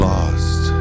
Lost